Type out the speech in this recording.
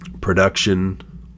Production